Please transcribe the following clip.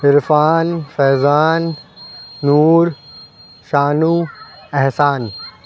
Irfan Faizan Noor Shanu Ehsan